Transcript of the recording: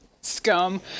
Scum